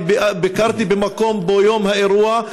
אני ביקרתי במקום ביום האירוע,